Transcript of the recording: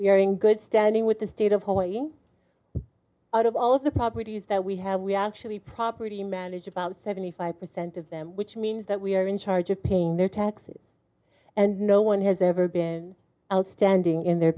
we are in good standing with the state of hawaii out of all of the properties that we have we actually property manage about seventy five percent of them which means that we are in charge of paying their taxes and no one has ever been outstanding in their